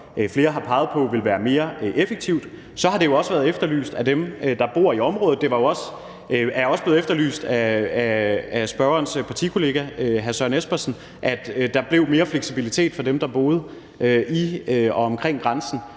flere har peget på vil være mere effektivt. Og så har det jo også været efterlyst af dem, der bor i området. Det er jo også blevet efterlyst af spørgerens partikollega hr. Søren Espersen, at der blev mere fleksibilitet for dem, der boede ved og omkring grænsen,